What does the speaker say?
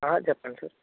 చెప్పండి సార్